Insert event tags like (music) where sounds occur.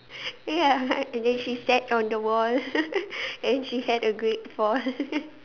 (breath) ya and then and then she sat on the wall (laughs) and then she had a great fall (laughs)